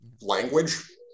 language